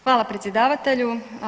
Hvala predsjedavatelju.